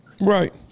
Right